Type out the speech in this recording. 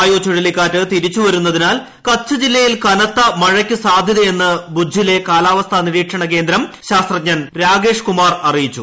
വായു ചുഴലിക്കാറ്റ് തിരിച്ചു വരുന്നതിനാൽ കച്ച് ജില്ലയിൽ കനത്ത മഴയ്ക്ക് സാധ്യതയെന്ന് ഭുജ്ജിലെ കാലാവസ്ഥാ നിരീക്ഷണകേന്ദ്രം ശാസ്ത്രജ്ഞൻ രാകേഷ് കുമാർ പറഞ്ഞു